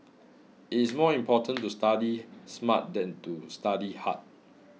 it is more important to study smart than to study hard